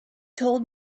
told